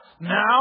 now